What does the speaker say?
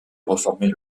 réformer